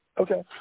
Okay